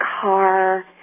car